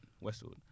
Westwood